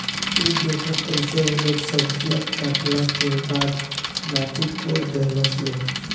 उ देखऽ कइसे उ लोग सब्जीया काटला के बाद माटी कोड़ देहलस लो